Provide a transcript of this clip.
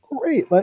great